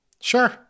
Sure